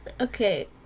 Okay